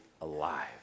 alive